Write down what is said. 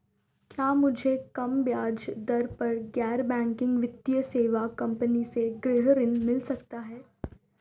क्या मुझे कम ब्याज दर पर गैर बैंकिंग वित्तीय सेवा कंपनी से गृह ऋण मिल सकता है?